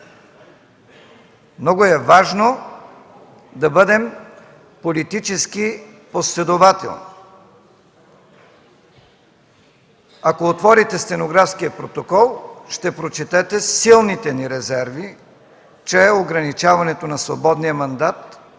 Много е важно да бъдем политически последователни. Ако отворите стенографския протокол, ще прочетете силните ни резерви, че ограничаването на свободния мандат